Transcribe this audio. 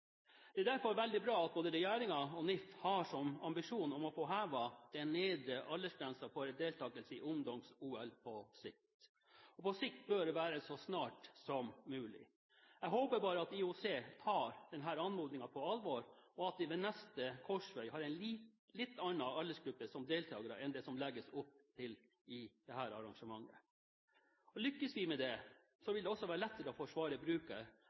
veldig bra at både regjeringen og NIF har som ambisjon å få hevet den nedre aldersgrensen for deltakelse i ungdoms-OL på sikt, og på sikt bør være så snart som mulig. Jeg håper at IOC tar denne anmodningen på alvor, og at deltakerne ved neste korsvei er i en litt annen aldersgruppe enn det som det legges opp til i dette arrangementet. Lykkes vi med det, vil det også være lettere å forsvare